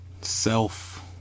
self